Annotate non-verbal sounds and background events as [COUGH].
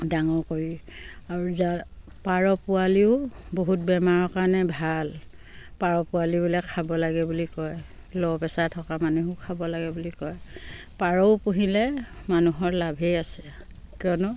ডাঙৰ কৰি আৰু [UNINTELLIGIBLE] পাৰ পোৱালিও বহুত বেমাৰৰ কাৰণে ভাল পাৰ পোৱালিও বোলে খাব লাগে বুলি কয় ল' প্ৰেচাৰ থকা মানুহেও খাব লাগে বুলি কয় পাৰও পুহিলে মানুহৰ লাভেই আছে কিয়নো